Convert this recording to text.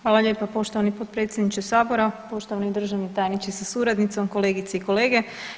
Hvala lijepa poštovani potpredsjedniče Sabora, poštovani državni tajniče sa suradnicom, kolegice i kolege.